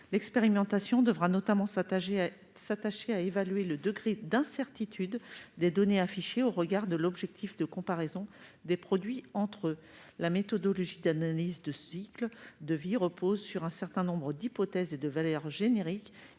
L'expérimentation devra notamment s'attacher à évaluer le degré d'incertitude des données affichées au regard de l'objectif de comparaison des produits entre eux. La méthodologie de l'analyse du cycle de vie repose sur un certain nombre d'hypothèses et de valeurs génériques,